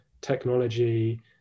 technology